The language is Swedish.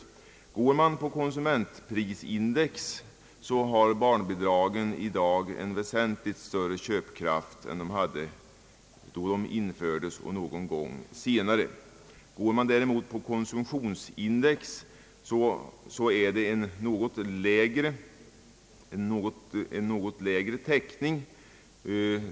Jämför man med konsumentprisindex har barnbidraget i dag en väsentligt större köpkraft än då de infördes eller någon gång senare. Jämför man däremot med konsumtionsindex finner man en något lägre täckning.